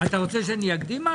מי בעד אישור הבקשה ירים את ידו.